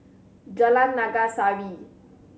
Jalan Naga Sari